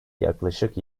yaklaşık